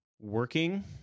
working